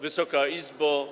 Wysoka Izbo!